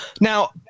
Now